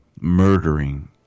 murdering